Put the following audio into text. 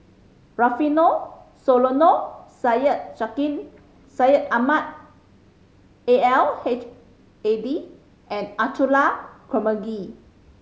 Rufino Soliano Syed Sheikh Syed Ahmad A L H Hadi and Abdullah Karmugi